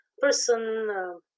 person